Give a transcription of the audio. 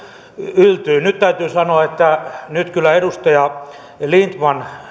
yltyi nyt täytyy sanoa että nyt kyllä edustaja lindtman